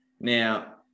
Now